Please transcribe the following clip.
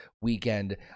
weekend